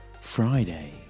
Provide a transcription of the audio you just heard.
Friday